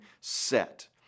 set